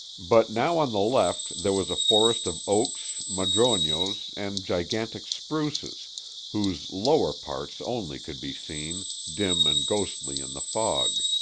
but now on the left there was a forest of oaks, madronos, and gigantic spruces whose lower parts only could be seen, dim and ghostly in the fog.